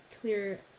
clear